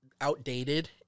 outdated